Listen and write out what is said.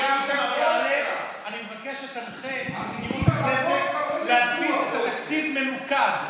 אני מבקש שתנחה את מזכירות הכנסת להדפיס את התקציב מנוקד.